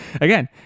again